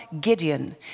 Gideon